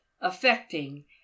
affecting